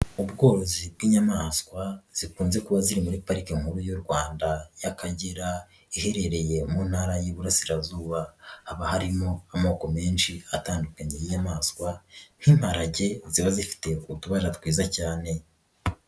Ubworozi bw'inyamaswa zikunze kuba ziri muri pariki nkuru y'u Rwanda y'Akagera iherereye mu Ntara y'Iburasirazuba, hakaba harimo amoko menshi atandukanye y'inyamaswa nk'imparage ziba zifite utubara twiza cyane.